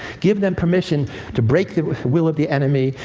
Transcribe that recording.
give them permission to break the will of the enemy,